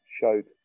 Showed